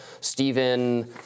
Stephen